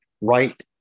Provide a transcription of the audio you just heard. right